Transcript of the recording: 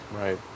Right